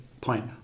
point